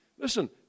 Listen